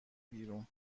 بیرون